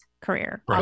career